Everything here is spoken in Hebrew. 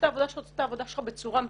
אני חושבת שאתה עושה את עבודתך בצורה מעולה.